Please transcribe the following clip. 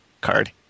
card